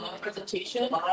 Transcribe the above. presentation